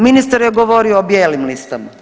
Ministar je govorio o bijelim listama.